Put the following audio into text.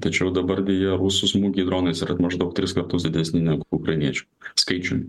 tačiau dabar deja rusų smūgiai dronais yra maždaug tris kartus didesni negu ukrainiečių skaičium